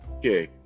Okay